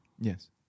Yes